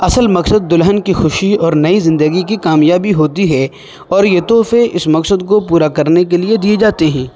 اصل مقصد دلہن کی خوشی اور نئی زندگی کی کامیابی ہوتی ہے اور یہ تحفے اس مقصد کو پورا کرنے کے لیے دیے جاتے ہیں